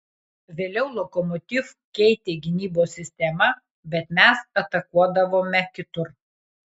vėliau lokomotiv keitė gynybos sistemą bet mes atakuodavome kitur